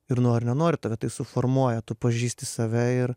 ir nori nenori tave tai suformuoja tu pažįsti save ir